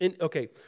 Okay